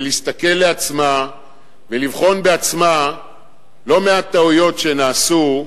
ולהסתכל בעצמה ולבחון בעצמה לא מעט טעויות שנעשו,